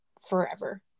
forever